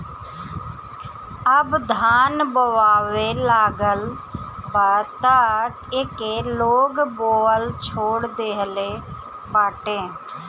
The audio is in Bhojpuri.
अब धान बोआए लागल बा तअ एके लोग बोअल छोड़ देहले बाटे